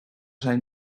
zijn